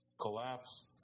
collapse